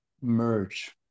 merge